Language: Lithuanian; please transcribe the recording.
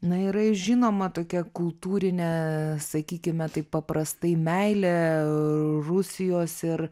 na yra ir žinoma tokia kultūrinė sakykime taip paprastai meilė rusijos ir